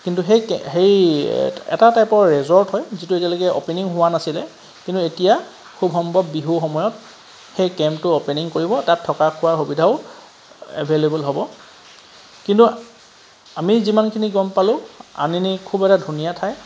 কিন্তু সেই সেই এটা টাইপৰ ৰেজৰ্ট হয় যিটো এতিয়ালৈকে অপেনিং হোৱা নাছিলে কিন্তু এতিয়া খুব সম্ভৱ বিহুৰ সময়ত সেই কেম্পটো অপেনিং কৰিব তাত থকা খোৱাৰ সুবিধাও এভেইলেবল হ'ব কিন্তু আমি যিমানখিনি গম পালোঁ আনিনি খুব এটা ধুনীয়া ঠাই